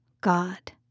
God